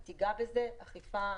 אכיפה,